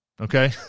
Okay